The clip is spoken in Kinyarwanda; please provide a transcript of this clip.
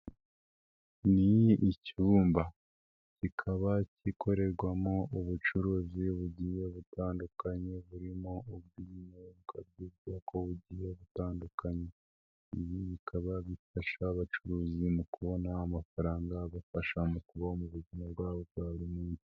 Ni icyumba kikaba gikorerwamo ubucuruzi bugiye butandukanye burimo ubw'ibinyobwa by'ubwoko bugiye butandukanye. Ibi bikaba bifasha abacuruzi mu kubona amafaranga abafasha mu kubaho mu buzima bwabo bwa buri munsi.